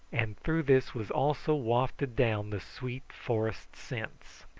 and through this was also wafted down the sweet forest scents.